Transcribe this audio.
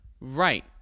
Right